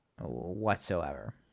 whatsoever